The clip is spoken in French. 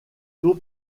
tour